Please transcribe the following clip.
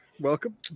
welcome